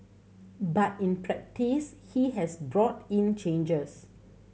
but in practice he has brought in changes